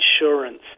insurance